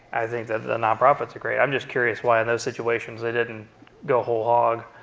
i think that nonprofits are great. i'm just curious why in those situations they didn't go whole hog